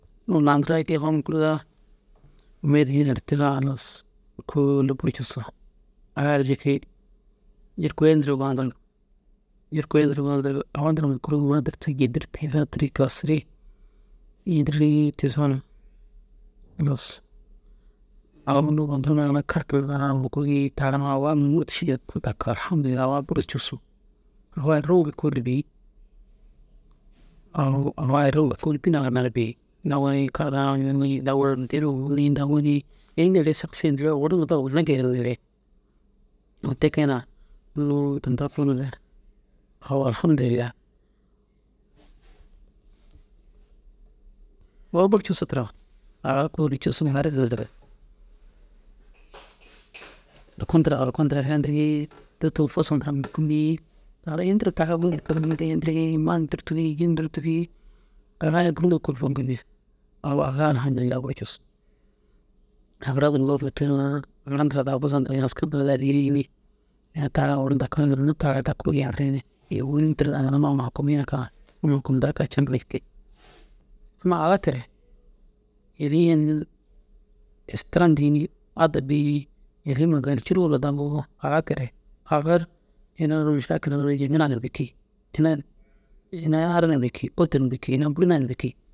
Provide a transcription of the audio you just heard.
lantira kii awa mûkurigaa amiya addiya ru yertirigaa kôoli halas buru cussu. Aga ai ru jikii jurkôye nturu gonturug jurkôye nturu gonturug awa ntira mûkuruku ma dûrtug ji dûrtug fatirig kassiri yîdiri tisona halas au karta ntira na mûkurigi ni taara awa ŋûrdu šii yentiroo dakir allaham dirillahi awa bur cussu awa ai nturu kee kôoli bêi au awa irruŋa kee kôoli dîna ginna duro bêi. Dowoni karta na mûŋi dowoni ini neere sessiye owor numai dagu ginna geeniŋ neere unnu te kee unnu tinta kee na re au allaham dirilai kôi buru cussu tira orka ntira orka ntira filintirigi dûrtu fusa ntira mûku ru gini taara ini tîra ma ni dûrtigi ji na dûrtigi au aga allaham dirilai buru cussu. Agira ntira da fuzantirigi aska ntira da dîrigi ni ina ta duro daku ru jantirigi ni nî nturu na ginna amma hukumtira kaa caŋkir jiki ammai aga tere ini ai istiram dîi ni adab dîi ni irrima gal cûrowu ru da nuzugi ni aga tere aga ru ina ara mušakilara jamena na bêki ara na bêki ôtu na bêki bûrna na bêki.